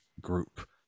group